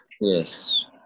Yes